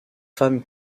femme